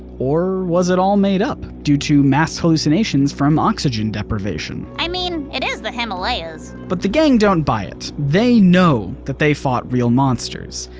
or was it all made up due to mass hallucinations from oxygen deprivation? i mean it is himalayas. but the gang don't buy it they know that they fought real monsters.